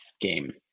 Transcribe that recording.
game